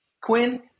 Quinn